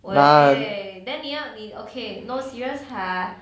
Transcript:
喂：wei then 你要你 okay no serious ha